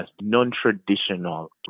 non-traditional